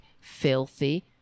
filthy